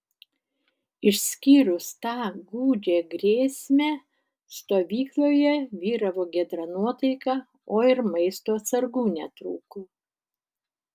išskyrus tą gūdžią grėsmę stovykloje vyravo giedra nuotaika o ir maisto atsargų netrūko